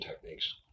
techniques